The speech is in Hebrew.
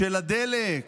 של הדלק.